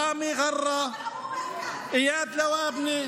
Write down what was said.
ראמי ג'רה, איאד לואבנה,